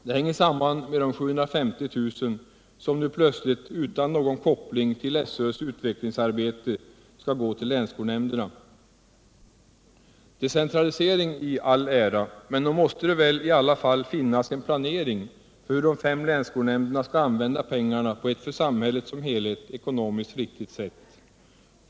Det hänger samman med de 750 000 som nu plötsligt utan någon koppling till SÖ:s utvecklingsarbete skall gå till länsskolnämnderna. Decentralisering i all ära, men nog måste det väl i alla fall finnas en planering för hur de fem länsskolnämnderna skall använda pengarna på ett för samhället som helhet ekonomiskt riktigt sätt.